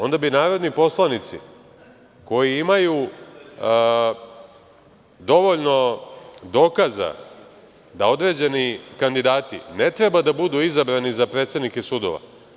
Onda bi narodni poslanici koji imaju dovoljno dokaza da određeni kandidati ne treba da budu izabrani za predsednike sudova.